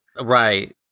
right